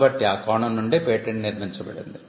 కాబట్టి ఆ కోణం నుండే పేటెంట్ నిర్మించబడింది